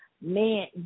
Man